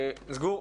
כסיף.